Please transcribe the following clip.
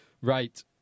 Right